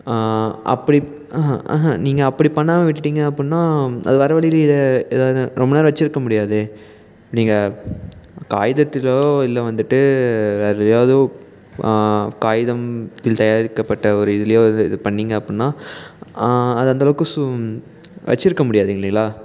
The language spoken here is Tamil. அப்படி நீங்கள் அப்படி பண்ணாமல் விட்டுவிட்டீங்க அப்படின்னா அது வர வழியிலையே ஏதாவது ரொம்ப நேரம் வெச்சுருக்க முடியாதே நீங்கள் காகிதத்துலேயோ இல்லை வந்துட்டு வேறு ஏதாவதோ காகிதம்த்தில் தயாரிக்கப்பட்ட ஒரு இதுலேயோ இது பண்ணீங்க அப்படின்னா அது அந்த அளவுக்கு சு வெச்சுருக்க முடியாது இல்லைங்களா